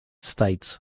states